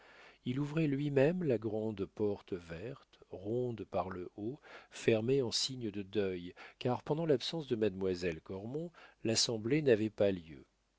il ouvrait lui-même la grande porte verte ronde par le haut fermée en signe de deuil car pendant l'absence de mademoiselle cormon l'assemblée n'avait pas lieu